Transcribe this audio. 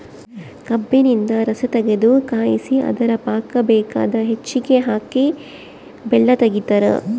ಕಬ್ಬಿನಿಂದ ರಸತಗೆದು ಕಾಯಿಸಿ ಅದರ ಪಾಕ ಬೇಕಾದ ಹೆಚ್ಚಿಗೆ ಹಾಕಿ ಬೆಲ್ಲ ತೆಗಿತಾರ